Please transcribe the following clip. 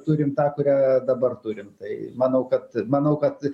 turim tą kurią dabar turim tai manau kad manau kad